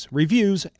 reviews